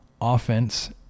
offense